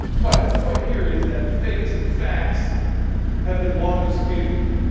but the point here is that fakes and facts had been long disputed,